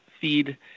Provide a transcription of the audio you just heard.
feed